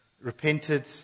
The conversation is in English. repented